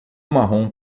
marrom